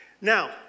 Now